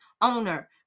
owner